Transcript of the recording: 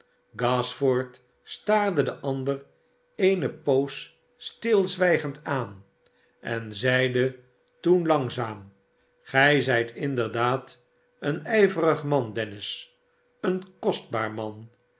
staarde den ander eene poos stilzwijgend aan en zeide toen langzaam gij zijtinderr daad een ijverig man dennis een kostbaar man